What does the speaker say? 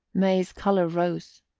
may's colour rose,